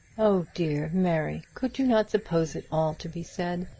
oh dear! mary could you not suppose it all to be said?